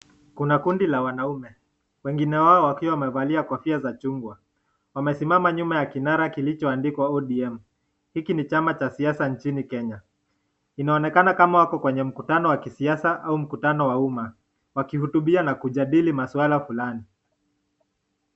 Kuna kundi la wanaume, wengine wao wakiwa wamevalia kofia za chungwa. Wamesimama nyuma ya kinara kilichoandikwa ODM. Hiki ni chama cha siasa nchini Kenya. Inaonekana kama wako kwenye mkutano wa kisiasa au mkutano wa umma, wakihutubia na kujadili masuala fulani.